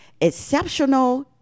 Exceptional